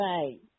Right